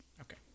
okay